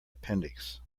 appendix